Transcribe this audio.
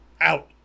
out